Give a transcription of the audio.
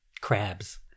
Crabs